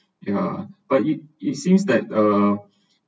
yeah but it it seems that uh